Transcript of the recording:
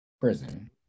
prison